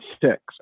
six